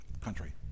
country